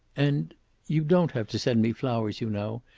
and you don't have to send me flowers, you know.